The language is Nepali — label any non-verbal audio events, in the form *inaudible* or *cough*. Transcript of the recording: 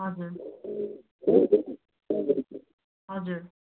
हजुर *unintelligible* हजुर